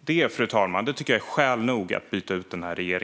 Det, fru talman, tycker jag är skäl nog att byta ut denna regering.